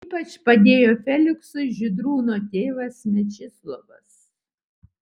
ypač padėjo feliksui žydrūno tėvas mečislovas